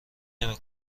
نمی